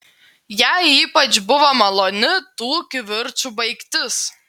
jai ypač buvo maloni tų kivirčų baigtis